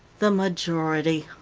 the majority,